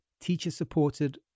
teacher-supported